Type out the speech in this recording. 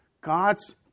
God's